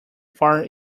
far